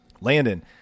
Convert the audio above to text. Landon